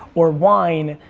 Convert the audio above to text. or wine,